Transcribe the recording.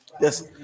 yes